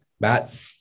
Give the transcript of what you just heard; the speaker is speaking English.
Matt